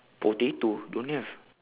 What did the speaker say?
potato don't have